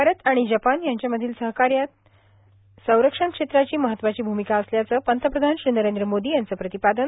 भारत आणि जपान यांच्यामध्ये सहकार्यात संरक्षण क्षेत्राची महत्वाची भूमिका असल्याचं पंतप्रधान श्री नरेंद्र मोदी यांचं प्रतिपादन